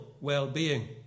well-being